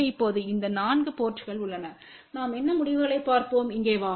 எனவே இப்போது இந்த 4 போர்ட்ங்கள் உள்ளன நாம் என்ன முடிவுகளைப் பார்ப்போம் இங்கே வா